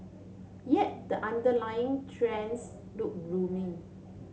yet the underlying trends look gloomy